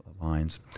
lines